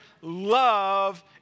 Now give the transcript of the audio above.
love